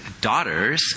Daughters